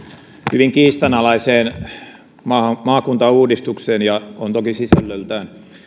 hyvin kiistanalaiseen maakuntauudistukseen ja on toki sisällöltään